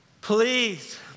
Please